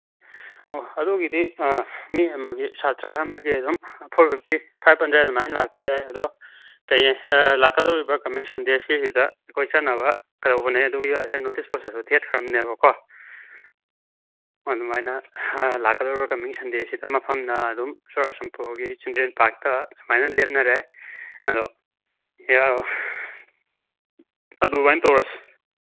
ꯑꯣ ꯑꯗꯨꯒꯤꯗꯤ ꯃꯤ ꯑꯃꯒꯤ ꯁꯥꯇ꯭ꯔ ꯑꯃꯒꯤ ꯑꯗꯨꯝ ꯐꯣꯔ ꯐꯤꯞꯇꯤ ꯐꯥꯏꯕ ꯍꯟꯗ꯭ꯔꯦꯠ ꯑꯗꯨꯃꯥꯏꯅ ꯂꯥꯛꯄ ꯌꯥꯏ ꯑꯗꯣ ꯀꯩ ꯂꯥꯛꯀꯗꯧꯔꯤꯕ ꯀꯃꯤꯡ ꯁꯟꯗꯦ ꯁꯤꯁꯤꯗ ꯑꯩꯈꯣꯏ ꯆꯠꯅꯕ ꯇꯧꯕꯅꯦ ꯑꯗꯨꯒꯤ ꯅꯣꯇꯤꯁ ꯕꯣꯔꯠꯇꯁꯨ ꯊꯦꯠꯈ꯭ꯔꯝꯅꯦꯕꯀꯣ ꯑꯗꯨꯃꯥꯏꯅ ꯂꯥꯛꯀꯗꯧꯔꯤꯕ ꯀꯃꯤꯡ ꯁꯟꯗꯦꯁꯤꯗ ꯃꯐꯝꯅ ꯑꯗꯨꯝ ꯆꯨꯔꯆꯥꯟꯄꯨꯔꯒꯤ ꯆꯤꯟꯗ꯭ꯔꯦꯟ ꯄꯥꯛꯇ ꯁꯨꯃꯥꯏꯅ ꯂꯦꯞꯅꯔꯦ ꯑꯗꯣ ꯑꯗꯨꯃꯥꯏ ꯇꯧꯔꯁꯤ